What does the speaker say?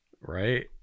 Right